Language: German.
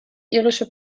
irische